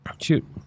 Shoot